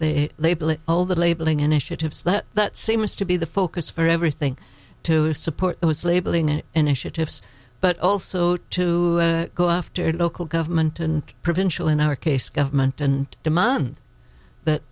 the labeling initiatives that that seems to be the focus for everything to support those labeling it initiatives but also to go off to local government and provincial in our case government and demand that